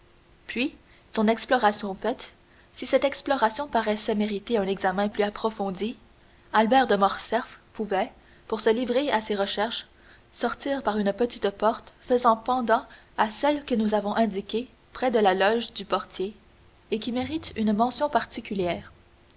puis son exploration faite si cette exploration paraissait mériter un examen plus approfondi albert de morcerf pouvait pour se livrer à ses recherches sortir par une petite porte faisant pendant à celle que nous avons indiquée près de la loge du portier et qui mérite une mention particulière